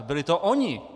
Byli to oni.